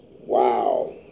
Wow